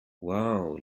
wow